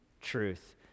truth